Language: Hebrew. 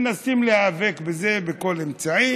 מנסים להיאבק בזה בכל אמצעי